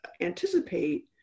anticipate